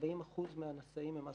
40% מהנשאים הם אסימפטומטיים.